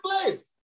place